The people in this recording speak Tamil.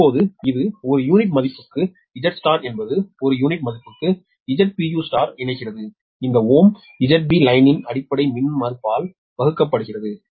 இப்போது இது ஒரு யூனிட் மதிப்புக்கு Z என்பது ஒரு யூனிட் மதிப்புக்கு இணைகிறது இந்த ஓம் ZB லைன்யின் அடிப்படை மின்மறுப்பால் வகுக்கப்படுகிறது